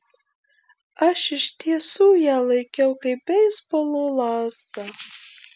aš iš tiesų ją laikiau kaip beisbolo lazdą